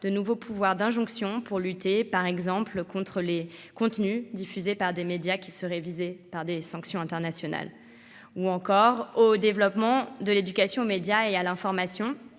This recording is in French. de nouveaux pouvoirs d’injonction pour lutter, par exemple, contre les contenus diffusés par des médias qui seraient visés par des sanctions internationales. Je pense enfin au développement de l’éducation aux médias et à l’information,